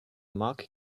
mock